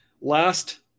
last